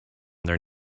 their